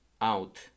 out